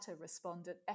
respondent